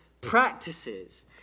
practices